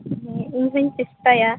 ᱦᱮᱸ ᱤᱧ ᱦᱚᱧ ᱪᱮᱥᱴᱟᱭᱟ